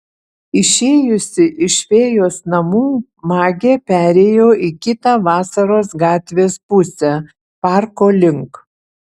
išėjusi iš fėjos namų magė perėjo į kitą vasaros gatvės pusę parko link